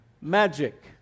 magic